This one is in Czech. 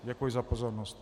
Děkuji za pozornost.